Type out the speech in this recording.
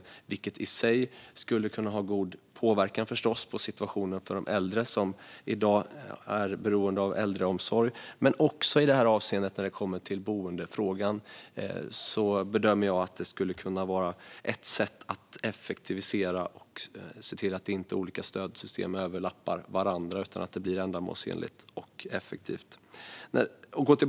Detta skulle förstås i sig kunna ha god påverkan på situationen för de äldre som i dag är beroende av äldreomsorg, men också när det gäller boendefrågan bedömer jag att det skulle kunna vara ett sätt att effektivisera och se till att olika stödsystem inte överlappar varandra. Det ska i stället vara ändamålsenligt och effektivt.